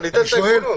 משהו.